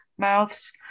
mouths